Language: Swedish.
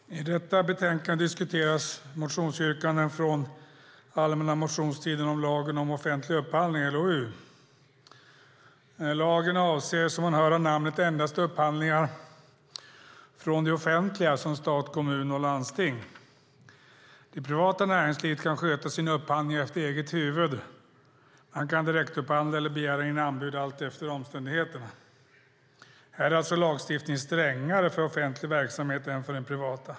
Fru talman! I detta betänkande diskuteras motionsyrkanden från allmänna motionstiden om lagen om offentlig upphandling, LOU. Lagen avser som hörs av namnet endast upphandlingar från det offentliga, som stat, kommuner och landsting. Det privata näringslivet kan sköta sina upphandlingar efter eget huvud - man kan direktupphandla eller begära in anbud allt efter omständigheterna. Här är alltså lagstiftningen strängare för offentlig verksamhet än för den privata.